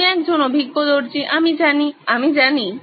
তুমি একজন অভিজ্ঞ দর্জি আমি জানি আমি জানি